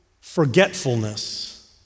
forgetfulness